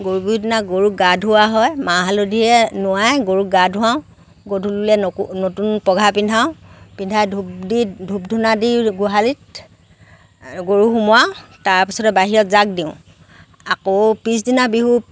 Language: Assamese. গৰু বিহুৰ দিনা গৰুক গা ধুওৱা হয় মাহ হালধিৰে নোৱাই গৰুক গা ধুৱাওঁ গধূলিলৈ নতুন পঘা পিন্ধাওঁ পিন্ধাই ধূপ দি ধূপ ধূনা দি গোহালিত গৰু সোমোৱাওঁ তাৰ পাছতে বাহিৰত জাক দিওঁ আকৌ পিছদিনা বিহুত